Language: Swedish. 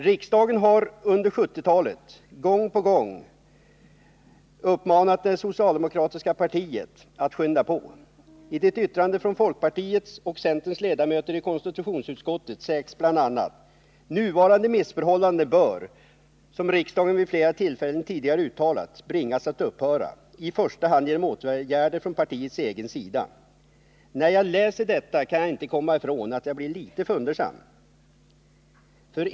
Riksdagen har under 1970-talet gång på gång uppmanat det socialdemokratiska partiet att skynda på. I det yttrande som avgivits av folkpartiets och centerns ledamöter i konstitutionsutskottet sägs bl.a.: ”Nuvarande missförhållanden bör, som riksdagen vid flera tillfällen tidigare uttalat, bringas att upphöra i första hand genom åtgärder från partiets egen sida.” När jag läser detta kan jag inte komma ifrån att jag blir litet fundersam.